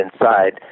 inside